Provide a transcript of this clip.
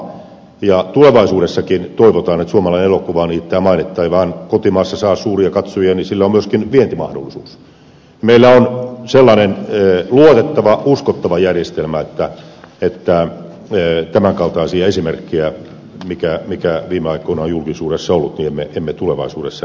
toivotaan että suomalainen elokuva tulevaisuudessakin niittää mainetta ei vain kotimaassa saa suuria katsojamääriä vaan sillä on myöskin vientimahdollisuus ja että meillä on sellainen luotettava uskottava järjestelmä että tämän kaltaisiin esimerkkeihin joita viime aikoina on julkisuudessa ollut emme tulevaisuudessa enää törmää